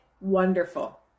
wonderful